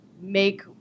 make